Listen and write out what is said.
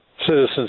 Citizens